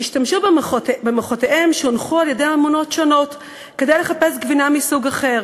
השתמשו במוחותיהם שהונחו על-ידי אמונות שונות כדי לחפש גבינה מסוג אחר,